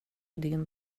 din